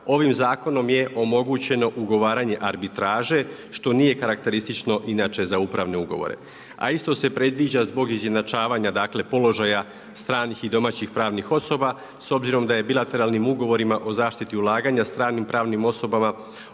ovim zakonom je omogućeno ugovaranje arbitraže, što nije karakteristično inače za upravne ugovore. A isto se predviđa zbog izjednačavanja položaja stranih i domaćih pravnih osoba, s obzirom da je bilateralnim ugovorima o zaštiti ulaganja stranim pravnim osobama